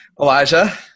Elijah